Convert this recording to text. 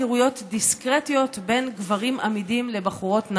הכרויות דיסקרטיות בין גברים אמידים לבחורות נאות.